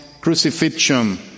crucifixion